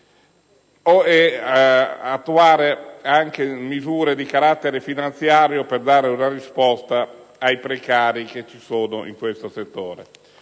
attuare anche misure di carattere finanziario per dare una risposta ai precari che ci sono in questo settore.